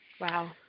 wow